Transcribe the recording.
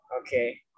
Okay